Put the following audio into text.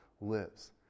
lives